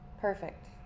Perfect